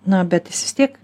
na bet vis tiek